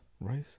Rice